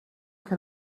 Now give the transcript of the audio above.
can